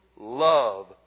love